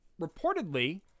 Reportedly